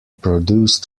produced